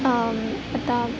এটা